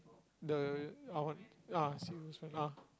the ah ah